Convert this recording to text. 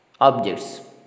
objects